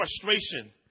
frustration